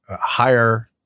higher